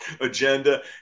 agenda